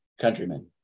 countrymen